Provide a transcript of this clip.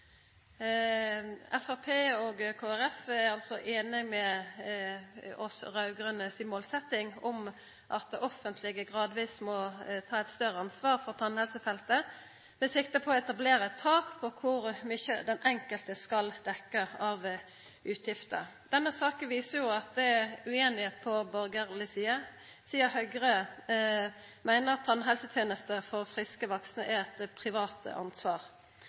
og Kristeleg Folkeparti er einige i vår, dei raud-grønes, målsetjing, at det offentlege gradvis må ta eit større ansvar for tannhelsefeltet, med sikte på å etablera eit tak for kor mykje den enkelte skal dekkja av utgifter. Denne saka viser at det er ueinigheit på borgarleg side, sidan Høgre meiner at tannhelsetenester for friske vaksne er eit privat ansvar.